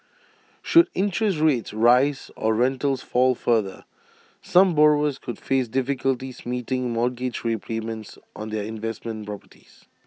should interest rates rise or rentals fall further some borrowers could face difficulties meeting mortgage repayments on their investment properties